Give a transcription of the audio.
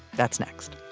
that's next